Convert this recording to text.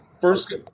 First –